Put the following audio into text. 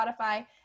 Spotify